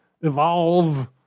evolve